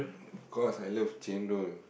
of course I love chendol